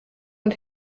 und